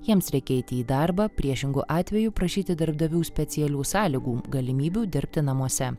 jiems reikia eiti į darbą priešingu atveju prašyti darbdavių specialių sąlygų galimybių dirbti namuose